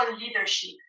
leadership